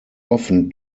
often